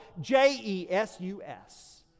J-E-S-U-S